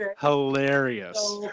hilarious